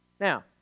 Now